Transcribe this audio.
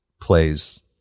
plays